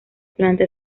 planta